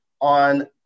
on